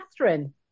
Catherine